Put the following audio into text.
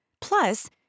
Plus